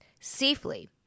safely